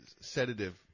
sedative